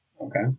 Okay